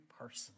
personally